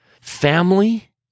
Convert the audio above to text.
Family